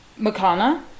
Makana